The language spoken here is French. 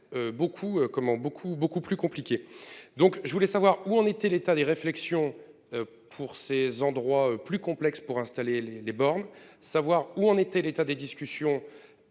beaucoup plus compliqué. Donc je voulais savoir où en était l'état des réflexions. Pour ces endroits plus complexe pour installer les bornes savoir où en était l'état des discussions.